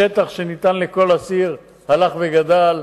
היום, השטח שניתן לכל אסיר הלך וגדל,